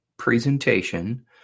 presentation